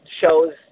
shows